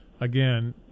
again